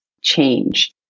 change